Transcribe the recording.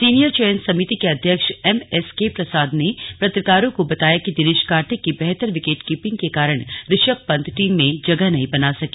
senior चयन समिति के अध्यक्ष एम एस के प्रसाद ने पत्रकारों को बताया कि दिनेश कार्तिक की बेहतर विकेटकीपिंग के कारण ऋषभ पंत टीम में जगह नहीं बना सके